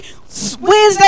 Wednesday